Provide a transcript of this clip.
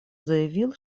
заявил